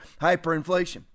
hyperinflation